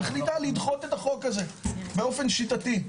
מחליטה לדחות את החוק הזה באופן שיטתי.